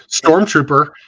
Stormtrooper